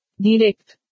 Direct